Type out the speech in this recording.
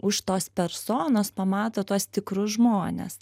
už tos personos pamato tuos tikrus žmones